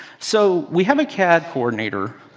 so we have a cad coordinator,